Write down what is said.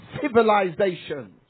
civilizations